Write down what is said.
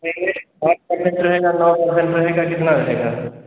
नहीं नहीं आठ पर्सेन्ट रहेगा नौ पर्सेन्ट रहेगा कितना रहेगा